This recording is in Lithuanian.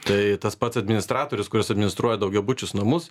tai tas pats administratorius kuris administruoja daugiabučius namus